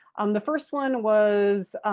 um the first one was